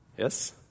Yes